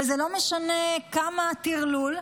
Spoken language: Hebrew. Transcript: וזה לא משנה כמה טרלול,